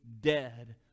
dead